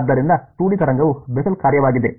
ಆದ್ದರಿಂದ 2 ಡಿ ತರಂಗವು ಬೆಸೆಲ್ ಕಾರ್ಯವಾಗಿದೆ